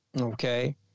Okay